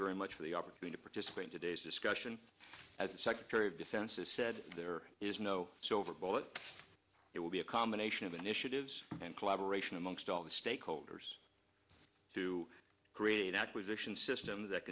very much for the opportunity participate in today's discussion as the secretary of defense has said there is no silver bullet it will be a combination of initiatives and collaboration amongst all the stakeholders to create an acquisition system that